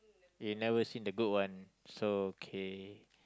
you never seen a good one so okay